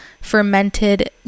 fermented